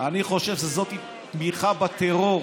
אני חושב שזאת תמיכה בטרור.